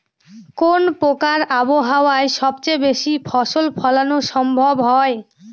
কোন প্রকার আবহাওয়ায় সবচেয়ে বেশি ফসল ফলানো সম্ভব হয়?